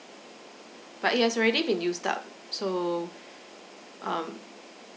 but it has already been used up so um